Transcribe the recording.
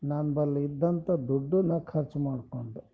ನನ್ನ ಬಳಿ ಇದ್ದಂಥ ದುಡ್ಡನ್ನು ಖರ್ಚು ಮಾಡಿಕೊಂಡೆ